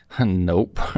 Nope